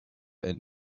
and